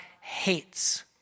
hates